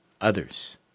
others